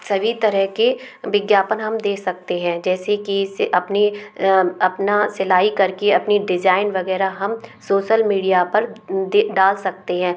सभी तरह के विज्ञापन हम दें सकते हैं जैसे कि इससे अपनी अपना सिलाई करके अपनी डिजाइन वगैरह हम सोसल मीडिया पर दे डाल सकते हैं